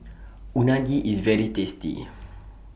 Unagi IS very tasty